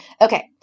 Okay